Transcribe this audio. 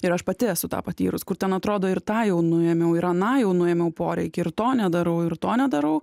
ir aš pati esu tą patyrus kur ten atrodo ir tą jau nuėmiau ir aną jau nuėmiau poreikį ir to nedarau ir to nedarau